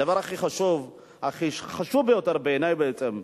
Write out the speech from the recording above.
הדבר הכי חשוב, החשוב ביותר בעיני בעצם,